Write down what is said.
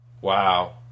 Wow